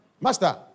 Master